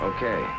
Okay